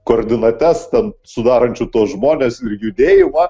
koordinates ten sudarančių tuos žmones ir judėjimą